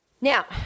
Now